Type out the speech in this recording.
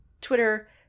Twitter